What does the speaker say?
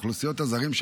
אוכלוסיות הזרים,